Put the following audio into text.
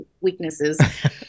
weaknesses